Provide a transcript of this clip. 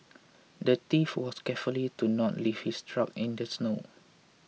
the thief was careful to not leave his track in the snow